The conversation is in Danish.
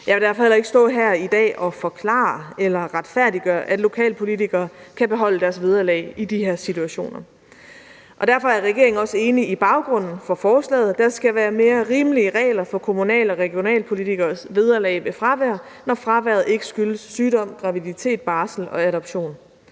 Jeg vil derfor heller ikke stå her i dag og forklare eller retfærdiggøre, at lokalpolitikere kan beholde deres vederlag i de her situationer. Derfor er regeringen også enig i baggrunden for forslaget. Der skal være mere rimelige regler for kommunal- og regionalpolitikeres vederlag ved fravær, når fraværet ikke skyldes sygdom, graviditet, barsel eller adoption.